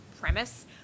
premise